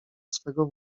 swego